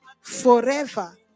Forever